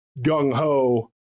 gung-ho